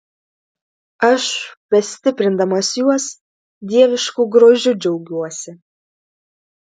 aš bestiprindamas juos dievišku grožiu džiaugiuosi